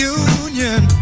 union